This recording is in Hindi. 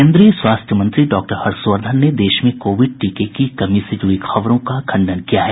केन्द्रीय स्वास्थ्य मंत्री डॉक्टर हर्षवर्धन ने देश में कोविड टीके से कमी से जुड़ी खबरों का खंडन किया है